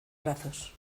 brazos